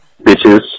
bitches